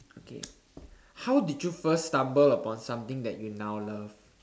okay how did you first stumble upon something that you now love